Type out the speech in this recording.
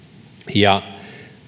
ja